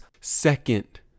second